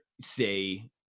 say